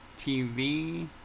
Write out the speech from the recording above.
TV